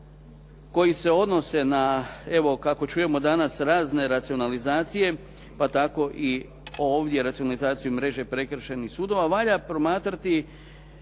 kako čujemo danas razne racionalizacije, pa tako i ovdje racionalizaciju mreže prekršajnih sudova, valja promatrati